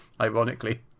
ironically